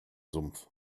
sumpf